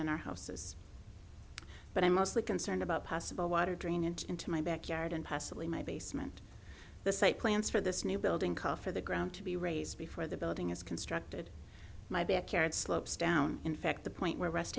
and our houses but i'm mostly concerned about possible water drainage into my backyard and possibly my basement the site plans for this new building call for the ground to be raised before the building is constructed my back yard slopes down in fact the point where rest